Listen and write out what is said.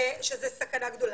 שזו סכנה גדולה.